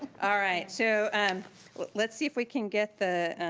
alright so um let's see if we can get the,